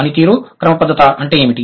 పనితీరు క్రమబద్ధత అంటే ఏమిటి